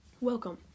Welcome